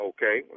Okay